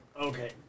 Okay